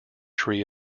tree